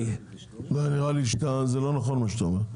נראה לי שזה לא נכון מה שאתה אומר.